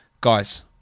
Guys